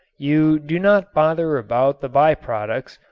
you do not bother about the by-products,